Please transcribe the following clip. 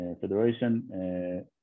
Federation